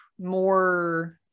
more